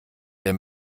der